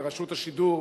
לרשות השידור,